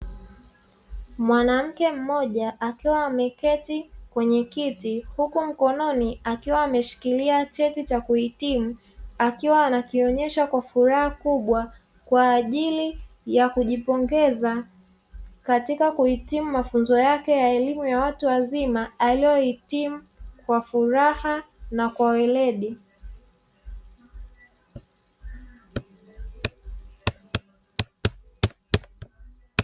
Mwanamke mmoja akiwa ameketi kwenye kiti huku mkononi akiwa ameshikilia cheti cha kuhitimu, akiwa anakionesha kwa furaha kubwa kwa ajili ya kujipongeza katika kuhitimu mafunzo yake ya elimu ya watu wazima aliyohitimu kwa furaha na kwa weledi.